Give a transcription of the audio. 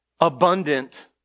abundant